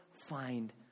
find